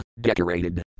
Decorated